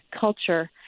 culture